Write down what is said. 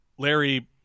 Larry